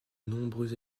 nombreux